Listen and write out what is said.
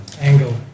Angle